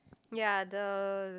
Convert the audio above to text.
ya the